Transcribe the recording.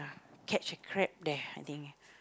catch a crab there I think